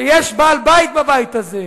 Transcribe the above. שיש בעל בית בבית הזה,